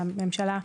לממשלה,